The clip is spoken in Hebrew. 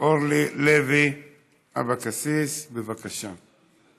אורלי לוי אבקסיס, בבקשה.